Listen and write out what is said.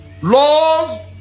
laws